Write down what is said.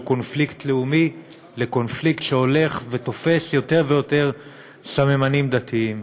קונפליקט לאומי לקונפליקט שהולך ותופס יותר ויותר סממנים דתיים.